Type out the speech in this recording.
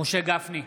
משה גפני,